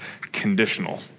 conditional